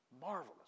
Marvelous